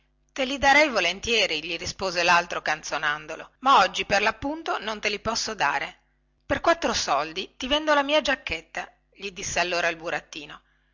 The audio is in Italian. te li darei volentieri gli rispose laltro canzonandolo ma oggi per lappunto non te li posso dare per quattro soldi ti vendo la mia giacchetta gli disse allora il burattino